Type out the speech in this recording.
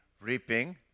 reaping